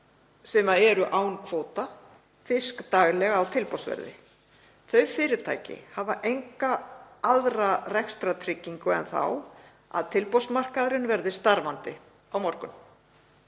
sem eru án kvóta fisk daglega á tilboðsverði. Þau fyrirtæki hafa enga aðra rekstrartryggingu en þá að tilboðsmarkaðurinn verði starfandi á morgun.